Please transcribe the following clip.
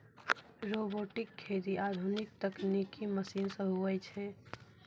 robotic खेती आधुनिक तकनिकी मशीन से हुवै छै